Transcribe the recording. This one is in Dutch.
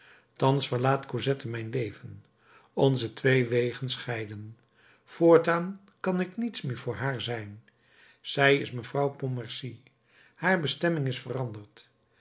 thans verlaat cosette mijn leven onze twee wegen scheiden voortaan kan ik niets meer voor haar zijn zij is mevrouw pontmercy haar bestemming is veranderd